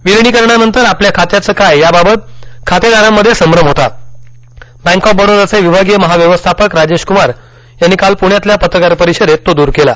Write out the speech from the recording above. विलिनीकरणानंतर आपल्या खात्याच काय याबाबत खातेदारांमध्ये संभ्रम होता बॅक ऑफ बडोदाचे विभागीय महाव्यवस्थापक राजेश क्मार यांनी काल प्ण्यातल्या पत्रकार परीषदेत तो दूर केला